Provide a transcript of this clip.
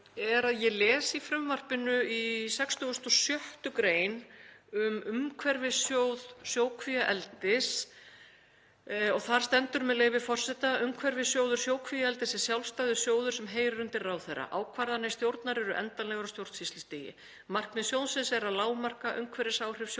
ég les í frumvarpinu í 66. gr., um umhverfissjóð sjókvíaeldis. Þar stendur, með leyfi forseta: „Umhverfissjóður sjókvíaeldis er sjálfstæður sjóður sem heyrir undir ráðherra. Ákvarðanir stjórnar eru endanlegar á stjórnsýslustigi. Markmið sjóðsins er að lágmarka umhverfisáhrif sjókvíaeldis